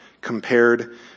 compared